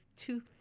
two